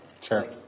Sure